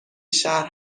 شهر